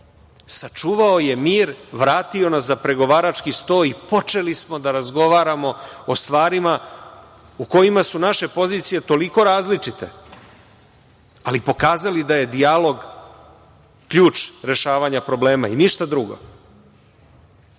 Sačuvao je mir. Vratio nas za pregovarački sto i počeli smo da razgovaramo o stvarima o kojima su naše pozicije toliko različite, ali pokazali da je dijalog ključ rešavanja problema i ništa drugo. Dakle,